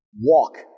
walk